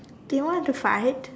do you want to fight